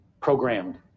programmed